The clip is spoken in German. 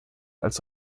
als